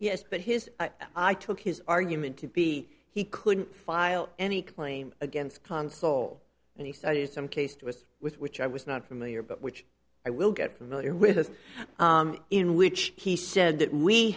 yes but his i took his argument to be he couldn't file any claim against console and he studied some case with with which i was not familiar but which i will get familiar with in which he said that we